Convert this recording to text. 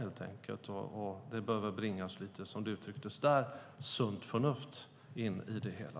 Det uttrycktes som att man behöver bringa lite sunt förnuft in i det hela.